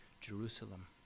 Jerusalem